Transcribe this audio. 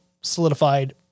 solidified